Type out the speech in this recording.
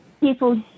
people